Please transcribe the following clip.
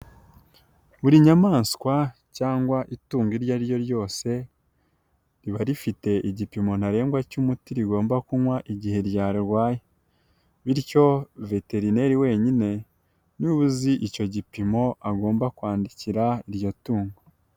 Buri nyamaswa cyangwa itungo iryo ariryo ryose riba rifite igipimo ntarengwa cy'umuti rigomba kunywa igihe ryararwaye, bityo veterineri wenyine niwe uzi icyo gipimo agomba kwandikira iryo tungo.